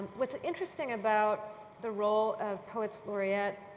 what's interesting about the role of poets laureate